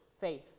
Faith